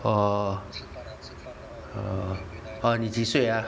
oh err oh 你几岁啊